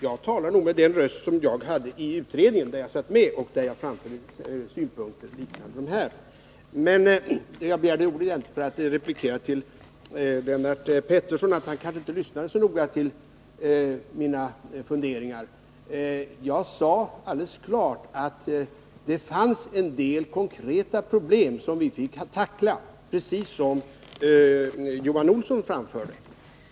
Jag talar nog med den röst som jag hade i utredningen, där jag satt med och där jag framförde synpunkter liknande dem som jag framfört här. Jag begärde egentligen ordet för att replikera till Lennart Pettersson att han kanske inte lyssnade så noga till mina funderingar. Jag sade alldeles klart att det fanns en del konkreta problem som vi fick tackla, precis som Johan Olsson anförde.